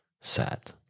sad